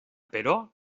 però